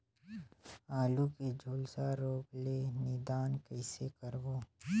आलू के झुलसा रोग ले निदान कइसे करबो?